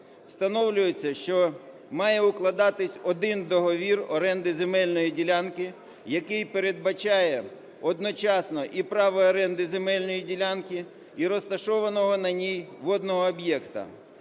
встановлюється, що має укладатись один договір оренди земельної ділянки, який передбачає одночасно і право оренди земельної ділянки, і розташованого на ній водного об'єкта.